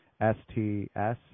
S-T-S